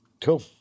Cool